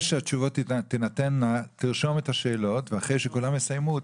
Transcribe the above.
תרשום את השאלות ואחרי שכולם יסיימו,